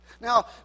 Now